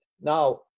Now